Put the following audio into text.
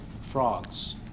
frogs